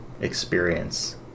experience